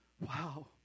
Wow